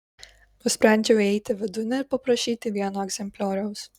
nusprendžiau įeiti vidun ir paprašyti vieno egzemplioriaus